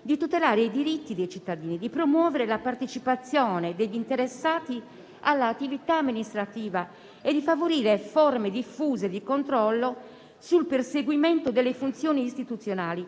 di tutelare i diritti dei cittadini, di promuovere la partecipazione degli interessati all'attività amministrativa e di favorire forme diffuse di controllo sul perseguimento delle funzioni istituzionali